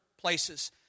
places